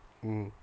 mm